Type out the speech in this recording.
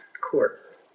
Court